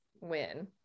win